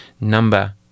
Number